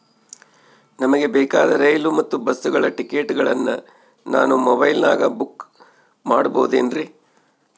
ನಮಗೆ ಬೇಕಾದ ರೈಲು ಮತ್ತ ಬಸ್ಸುಗಳ ಟಿಕೆಟುಗಳನ್ನ ನಾನು ಮೊಬೈಲಿನಾಗ ಬುಕ್ ಮಾಡಬಹುದೇನ್ರಿ?